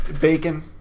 Bacon